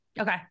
Okay